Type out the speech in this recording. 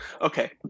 Okay